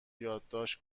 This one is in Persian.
یادداشت